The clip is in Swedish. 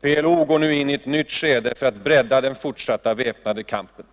PLO går in i ett nytt skede för att bredda den fortsatta väpnade kampen.”